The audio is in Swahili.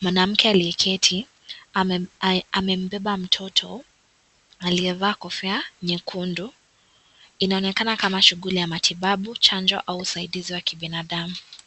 Mwanamke aliyeketi amembeba mtoto aliyevaa kofia nyekundu. Inaonekana kama shughuli ya matibabu, chanjo au usaidizi wa kibinadamu.